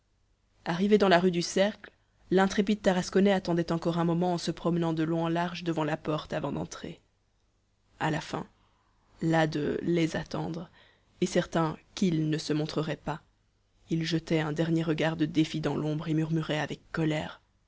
arrivé dans la rue du cercle l'intrépide tarasconnais attendait encore un moment en se promenant de long en large devant la porte avant d'entrer a la fin las de les attendre et certain qu'ils ne se montreraient pas il jetait un dernier regard de défi dans l'ombre et murmurait avec colère